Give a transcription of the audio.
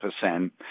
percent